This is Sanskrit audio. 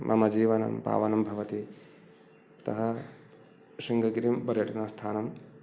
मम जीवनं पावनं भवति अतः शृङ्गगिरिं पर्यटनस्थानं